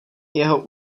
jeho